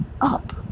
up